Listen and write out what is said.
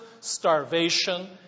starvation